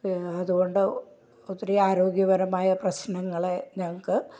യാ അത്കൊണ്ട് ഒത്തിരി ആരോഗ്യപരമായ പ്രശ്നങ്ങളെ ഞങ്ങൾക്ക്